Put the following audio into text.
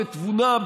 בתבונה,